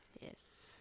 yes